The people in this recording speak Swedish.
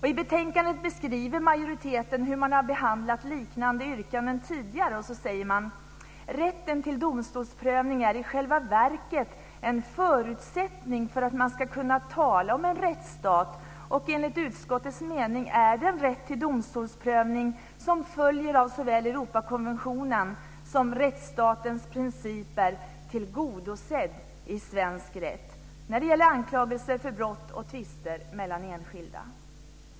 I betänkandet beskriver majoriteten hur man har behandlat liknande yrkanden tidigare. Man säger att rätten till domstolsprövning i själva verket är en förutsättning för att vi ska kunna tala om en rättsstat och att den rätt till domstolsprövning som följer av såväl Europakonventionen som rättsstatens principer enligt utskottets mening är tillgodosedd i svensk rätt när det gäller anklagelser för brott och tvister mellan enskilda.